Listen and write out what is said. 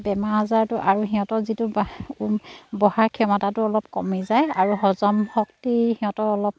বেমাৰ আজাৰটো আৰু সিহঁতৰ যিটো বঢ়াৰ ক্ষমতাটো অলপ কমি যায় আৰু হজম শক্তি সিহঁতৰ অলপ